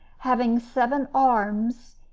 having seven arms,